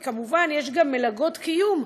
כמובן, יש גם מלגות קיום.